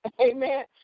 Amen